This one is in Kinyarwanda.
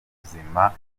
muzima